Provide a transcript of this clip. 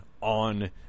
on